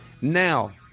Now